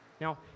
Now